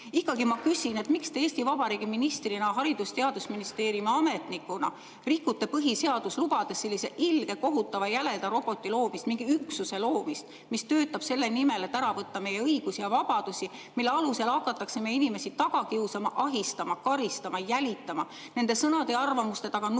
ma küsin: miks te Eesti Vabariigi ministrina, Haridus‑ ja Teadusministeeriumi ametnikuna rikute põhiseadust, lubades sellise ilge, kohutava, jäleda roboti loomist, mingi üksuse loomist, mis töötab selle nimel, et ära võtta meie õigusi ja vabadusi, mille alusel hakatakse meie inimesi taga kiusama, ahistama, karistama, jälitama, nende sõnade ja arvamuste taga nuhkima,